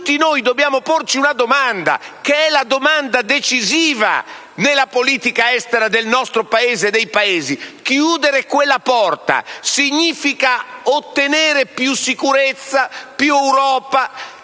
tutti noi dobbiamo porci una domanda, che è quella decisiva nella politica estera del nostro e degli altri Paesi: chiudere quella porta significa ottenere più sicurezza, più Europa,